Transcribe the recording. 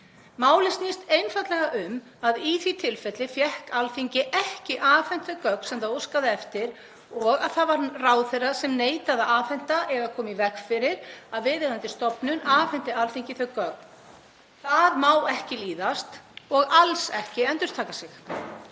Málið snýst einfaldlega um að í því tilfelli fékk Alþingi ekki afhent þau gögn sem það óskaði eftir og að það var ráðherra sem neitaði að afhenda eða kom í veg fyrir að viðeigandi stofnun afhenti Alþingi þau gögn. Það má ekki líðast og alls ekki endurtaka sig.